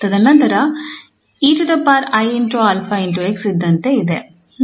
ತದನಂತರ 𝑒𝑖𝛼𝑥 ಇದ್ದಂತೆ ಇದೆ